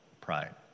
pride